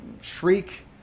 Shriek